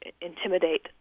intimidate